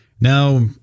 Now